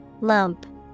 Lump